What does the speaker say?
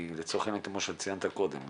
לצורך העניין כמו שציינת קודם,